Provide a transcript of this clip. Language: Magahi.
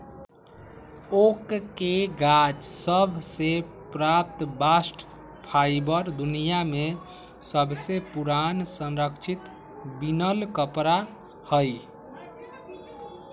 ओक के गाछ सभ से प्राप्त बास्ट फाइबर दुनिया में सबसे पुरान संरक्षित बिनल कपड़ा हइ